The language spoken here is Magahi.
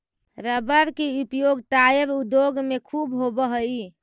रबर के उपयोग टायर उद्योग में ख़ूब होवऽ हई